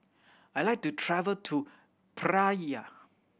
I like to travel to Praia